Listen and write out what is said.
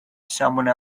someone